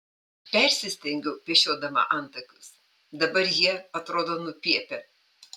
persistengiau pešiodama antakius dabar jie atrodo nupiepę